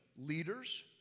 leaders